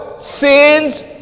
Sins